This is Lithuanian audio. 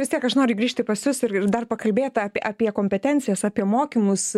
vis tiek aš noriu grįžti pas jus ir dar pakalbėt apie apie kompetencijas apie mokymus